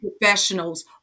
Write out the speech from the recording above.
professionals